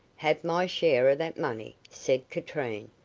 have my share of that money, said katrine,